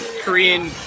Korean